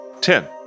Ten